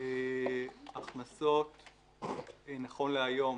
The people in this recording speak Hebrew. ההכנסות נכון להיום